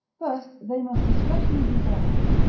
first, they must especially beware,